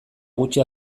gutxi